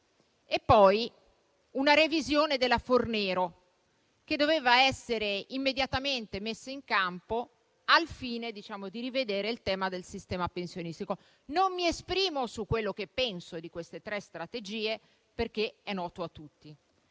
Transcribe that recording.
della cosiddetta legge Fornero, che doveva essere immediatamente messa in campo al fine di rivedere il tema del sistema pensionistico. Non mi esprimo su quello che penso di queste tre strategie perché è noto a tutti;